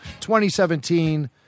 2017